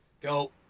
Go